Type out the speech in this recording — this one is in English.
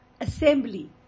assembly